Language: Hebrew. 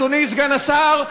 אדוני סגן השר,